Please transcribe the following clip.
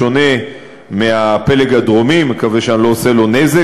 בשונה מהפלג הדרומי מקווה שאני לא עושה לו נזק,